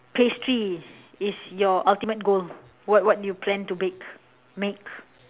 pastry is your ultimate goal what what do you plan to bake make